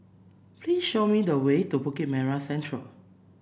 please show me the way to Bukit Merah Central